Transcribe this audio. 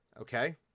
Okay